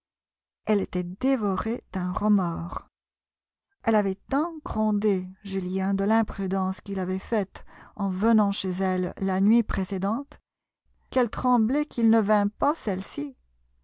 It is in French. elle était dévorée d'un remords elle avait tant grondé julien de l'imprudence qu'il avait faite en venant chez elle la nuit précédente qu'elle tremblait qu'il ne vînt pas celle-ci